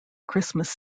christmas